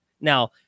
Now